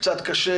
קצת קשה